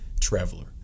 traveler